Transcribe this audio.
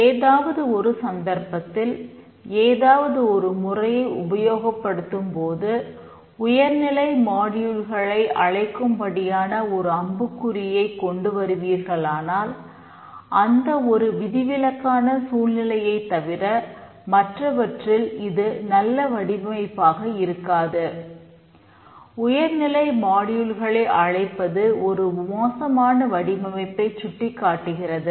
ஏதாவது ஒரு சந்தர்ப்பத்தில் ஏதாவது முறையை உபயோகப்படுத்தும் போது உயர்நிலை மாடியூல்களை அழைப்பது ஒரு மோசமான வடிவமைப்பைச் சுட்டிக் காட்டுகிறது